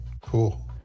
cool